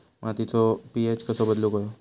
मातीचो पी.एच कसो बदलुक होयो?